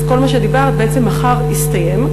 אז כל מה שדיברת בעצם מחר יסתיים.